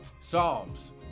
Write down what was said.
Psalms